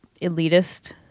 elitist